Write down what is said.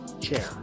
chair